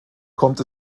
kommt